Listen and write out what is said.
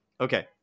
Okay